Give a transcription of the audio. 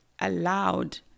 allowed